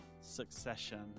Succession